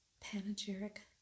panegyric